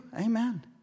Amen